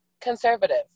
conservative